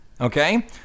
Okay